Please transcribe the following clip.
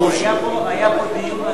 ברצינות